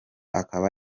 akaba